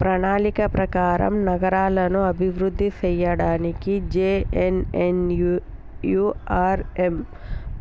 ప్రణాళిక ప్రకారం నగరాలను అభివృద్ధి సేయ్యడానికి జే.ఎన్.ఎన్.యు.ఆర్.ఎమ్